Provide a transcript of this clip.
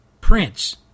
prince